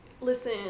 listen